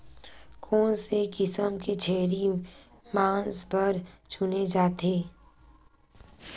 कोन से किसम के छेरी मांस बार चुने जाथे?